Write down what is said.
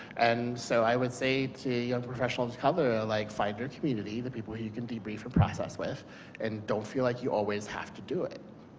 and so i would say to a young professional of color, like find your community, the people who you can debrief and process with and don't feel like you have to do it.